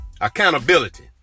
accountability